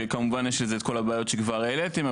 שכמובן יש לזה את כל הבעיות שכבר העליתם,